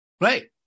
Right